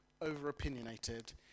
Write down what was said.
over-opinionated